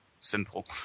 Simple